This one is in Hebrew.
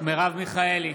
מרב מיכאלי,